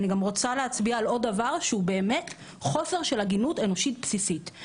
אני רוצה להצביע על עוד דבר שהוא חוסר הגינות אנושית בסיסית.